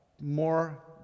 more